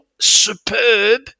superb